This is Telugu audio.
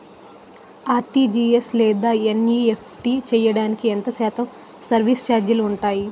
ఆర్.టి.జి.ఎస్ లేదా ఎన్.ఈ.ఎఫ్.టి చేయడానికి ఎంత శాతం సర్విస్ ఛార్జీలు ఉంటాయి?